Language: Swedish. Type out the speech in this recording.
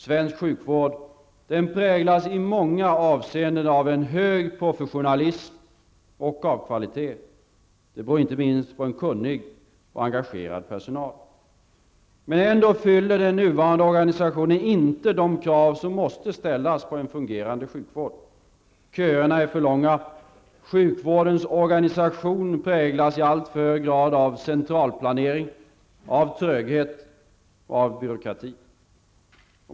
Svensk sjukvård präglas i många avseenden av en hög professionalism och av kvalitet. Det beror inte minst på en kunnig och engagerad personal. Men ändå fyller den nuvarande organisationen inte de krav som måste ställas på en fungerande sjukvård. Köerna är för långa. Sjukvårdens organisation präglas i alltför hög grad av centralplanering, tröghet och byråkrati.